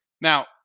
Now